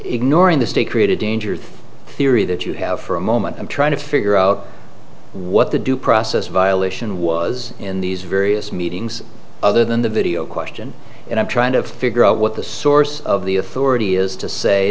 the state created danger the theory that you have for a moment i'm trying to figure out what the due process violation was in these various meetings other than the video question and i'm trying to figure out what the source of the authority is to say